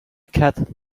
cat